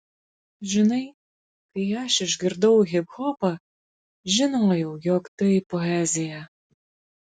žinai kai aš išgirdau hiphopą žinojau jog tai poezija